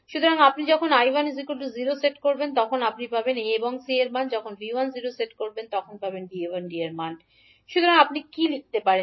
সুতরাং আপনি যখন 𝐈1 0 সেট করবেন তখন আপনি পাবেন তারপরে আমরা 𝐕1 0 সেট করব পেতে সুতরাং আপনি কি লিখতে পারেন